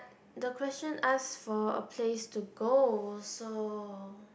the question ask for a place to go so